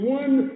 one